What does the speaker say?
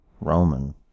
Roman